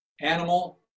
animal